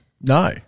no